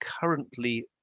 currently